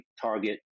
target